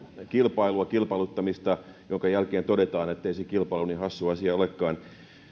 kilpailua kilpailuttamista minkä jälkeen todetaan ettei se kilpailu niin hassu asia olekaan